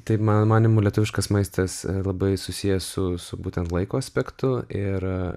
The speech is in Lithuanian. tai mano manymu lietuviškas maistas labai susijęs su su būtent laiko aspektu ir